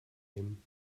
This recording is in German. nehmen